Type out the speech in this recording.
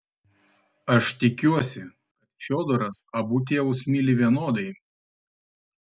aš tikiuosi kad fiodoras abu tėvus myli vienodai